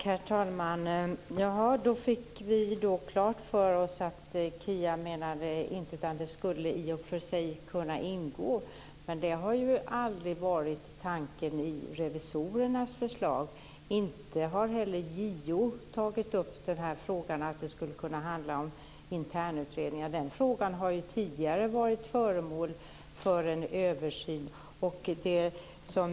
Herr talman! Vi fick nu klart för oss att Kia menar att internutredningar i och för sig skulle kunna ingå i tillsynsorganets uppgifter. Men det har ju aldrig varit tanken i revisorernas förslag. Inte heller JO har tagit upp att det skulle kunna handla om internutredningar. Den frågan har ju tidigare varit föremål för en översyn.